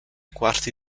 quarti